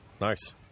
Nice